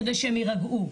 כדי שהן יירגעו,